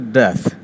death